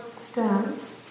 stems